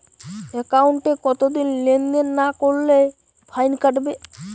একাউন্টে কতদিন লেনদেন না করলে ফাইন কাটবে?